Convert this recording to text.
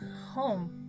home